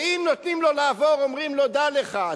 ואם נותנים לו לעבור אומרים לו: דע לך,